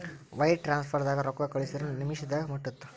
wire ಟ್ರಾನ್ಸ್ಫರ್ದಾಗ ರೊಕ್ಕಾ ಕಳಸಿದ್ರ ನಿಮಿಷದಾಗ ಮುಟ್ಟತ್ತ